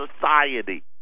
society